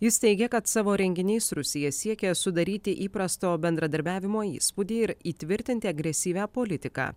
jis teigia kad savo renginiais rusija siekia sudaryti įprasto bendradarbiavimo įspūdį ir įtvirtinti agresyvią politiką